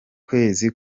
kwezi